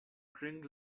cringe